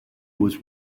was